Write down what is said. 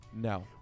No